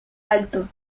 alto